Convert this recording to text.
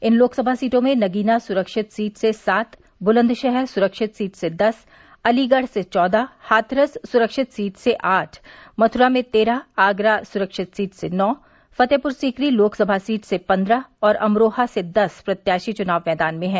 इन लोकसभा सीटों में नगीना सुरक्षित सीट से सात बुलन्दशहर सुरक्षित सीट से दस अलीगढ़ से चौदह हाथरस सुरक्षित सीट से आठ मथुरा से तेरह आगरा सुरक्षित सीट से नौ फतेहपुर सीकरी लोकसभा सीट से पन्द्रह और अमरोहा से दस प्रत्याशी चुनाव मैदान में हैं